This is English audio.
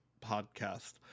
podcast